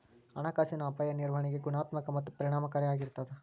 ಹಣಕಾಸಿನ ಅಪಾಯ ನಿರ್ವಹಣೆ ಗುಣಾತ್ಮಕ ಮತ್ತ ಪರಿಣಾಮಕಾರಿ ಆಗಿರ್ತದ